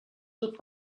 tot